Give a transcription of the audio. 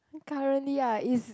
currently ah is